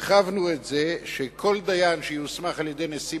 הרחבנו את זה שכל דיין שיוסמך על-ידי נשיא